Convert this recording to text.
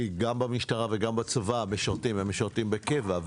כי גם במשטרה וגם בצבא המשרתים הם משרתים בקבע.